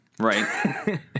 Right